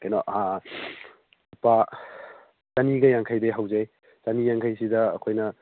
ꯀꯩꯅꯣ ꯂꯨꯄꯥ ꯆꯅꯤꯒ ꯌꯥꯡꯈꯩꯗꯒꯤ ꯍꯧꯖꯩ ꯆꯅꯤꯌꯥꯡꯈꯩꯁꯤꯗ ꯑꯩꯈꯣꯏꯅ